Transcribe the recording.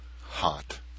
hot